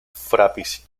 frapis